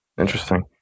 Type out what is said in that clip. interesting